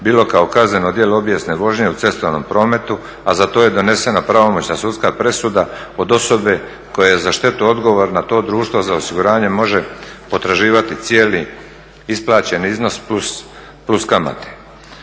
bilo kao kazneno djelo obijesne vožnje u cestovnom prometu, a za to je donesena pravomoćna sudska presuda, od osobe koja je za štetu odgovorna to društvo za osiguranje može potraživati cijeli isplaćeni iznos plus kamate.